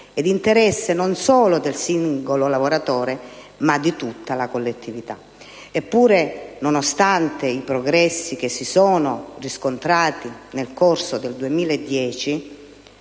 è interesse non solo del singolo lavoratore, ma di tutta le collettività. Eppure, nonostante i progressi che si sono riscontrati nel corso del 2010